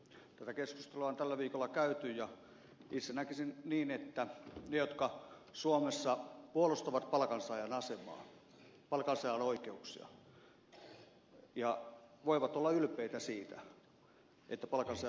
tätä keskustelua on tällä viikolla käyty ja itse näkisin niin että ne jotka suomessa puolustavat palkansaajan asemaa palkansaajan oikeuksia voivat olla ylpeitä siitä että palkansaajaliike heitä tukee